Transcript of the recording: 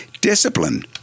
discipline